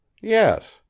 Yes